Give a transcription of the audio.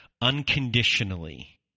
unconditionally